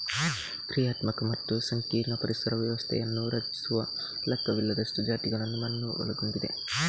ಕ್ರಿಯಾತ್ಮಕ ಮತ್ತು ಸಂಕೀರ್ಣ ಪರಿಸರ ವ್ಯವಸ್ಥೆಯನ್ನು ರಚಿಸುವ ಲೆಕ್ಕವಿಲ್ಲದಷ್ಟು ಜಾತಿಗಳನ್ನು ಮಣ್ಣು ಒಳಗೊಂಡಿದೆ